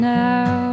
now